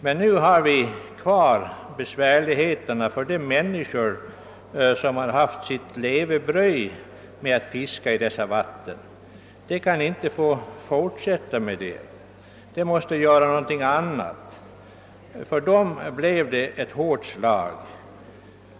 Kvar står emellertid besvärligheterna för de människor som haft sitt levebröd av att fiska i dessa vatten och som inte kan få fortsätta med det utan måste göra något annat. Det blev ett hårt slag för dem.